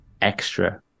extra